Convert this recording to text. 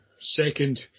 second